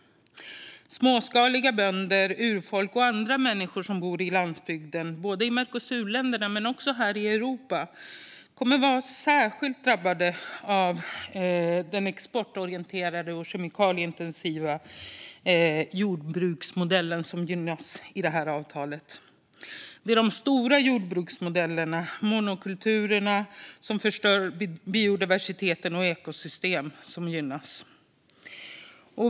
Småskaliga bönder, urfolk och andra människor som bor på landsbygden både i Mercosurländerna och också här i Europa kommer att vara särskilt drabbade av den exportorienterade och kemikalieintensiva jordbruksmodellen som gynnas i avtalet. Det är de stora jordbruksmodellerna, monokulturerna, som förstör biodiversiteten och ekosystem, som gynnas.